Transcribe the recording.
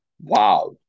wow